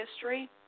history